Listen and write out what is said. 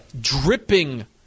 dripping